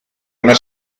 una